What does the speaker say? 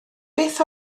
beth